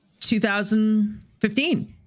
2015